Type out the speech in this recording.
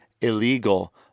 illegal